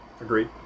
Agreed